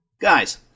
Guys